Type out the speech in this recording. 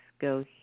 go